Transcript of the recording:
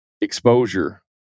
exposure